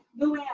Luann